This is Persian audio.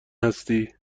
هستی